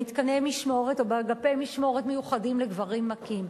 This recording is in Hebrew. במתקני משמורת או באגפי משמורת מיוחדים לגברים מכים.